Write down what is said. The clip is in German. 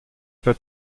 für